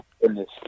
goodness